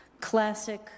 classic